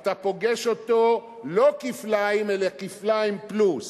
אתה פוגש אותו לא כפליים אלא כפליים פלוס.